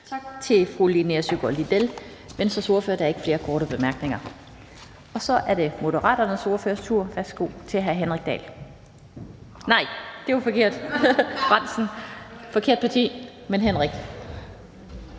Tak til fru Linea Søgaard-Lidell, Venstres ordfører. Der er ikke flere korte bemærkninger. Så er det Moderaternes ordførers tur. Værsgo til hr. Henrik Dahl – nej, det var forkert og det forkerte parti. Hr. Henrik